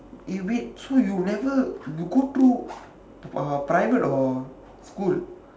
eh wait so you never you go through uh private or school